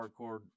hardcore